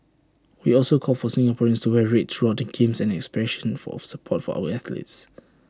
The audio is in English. we also call for Singaporeans to wear red throughout the games as an expression for support for our athletes